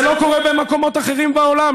זה לא קורה במקומות אחרים בעולם.